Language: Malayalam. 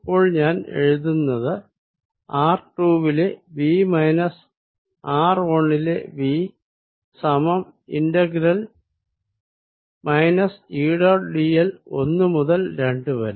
അപ്പോൾ ഞാൻ എഴുതുന്നത് r 2 ലെ V മൈനസ് r 1 ലെ V സമം integral minus E dot dl ഒന്ന് മുതൽ രണ്ടു വരെ